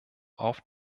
auf